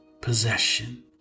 possession